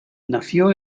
nació